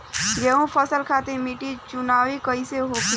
गेंहू फसल खातिर मिट्टी चुनाव कईसे होखे?